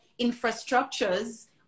infrastructures